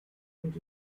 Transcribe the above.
und